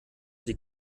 die